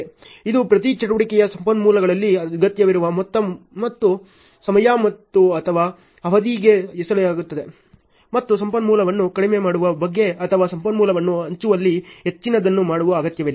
ಇದು ಪ್ರತಿ ಚಟುವಟಿಕೆಯ ಸಂಪನ್ಮೂಲಗಳಲ್ಲಿ ಅಗತ್ಯವಿರುವ ಮೊತ್ತ ಮತ್ತು ಸಮಯ ಅಥವಾ ಅವಧಿಗೆ ಎಸೆಯಲಾಗುತ್ತದೆ ಮತ್ತು ಸಂಪನ್ಮೂಲವನ್ನು ಕಡಿಮೆ ಮಾಡುವ ಬಗ್ಗೆ ಅಥವಾ ಸಂಪನ್ಮೂಲವನ್ನು ಹಂಚುವಲ್ಲಿ ಹೆಚ್ಚಿನದನ್ನು ಮಾಡುವ ಅಗತ್ಯವಿಲ್ಲ